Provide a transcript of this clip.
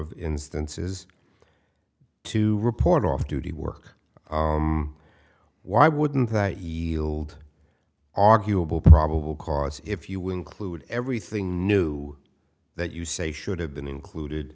of instances to report off duty work why wouldn't that yield arguable probable cause if you will include everything new that you say should have been included